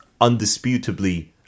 undisputably